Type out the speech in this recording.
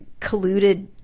colluded